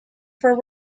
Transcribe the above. for